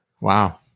wow